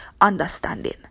Understanding